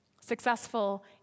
successful